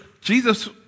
Jesus